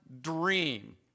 dream